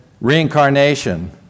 reincarnation